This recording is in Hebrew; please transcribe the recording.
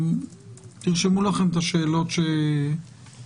תרשמו לכם את השאלות שנשאלתם.